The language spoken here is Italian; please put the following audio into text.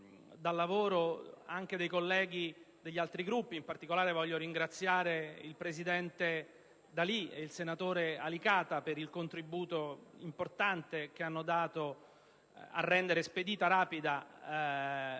dal lavoro di colleghi di altri Gruppi (in particolare, voglio ringraziare il presidente D'Alì e il senatore Alicata per il contributo importante che hanno dato per rendere spedito e rapido